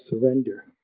surrender